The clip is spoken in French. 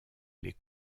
les